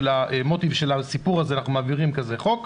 מוטי ושל הסיפור הזה אנחנו מעבירים כזה חוק.